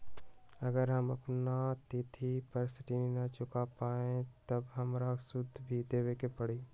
अगर हम अपना तिथि पर ऋण न चुका पायेबे त हमरा सूद भी देबे के परि?